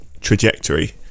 trajectory